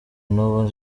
n’ubu